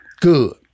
Good